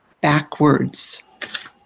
backwards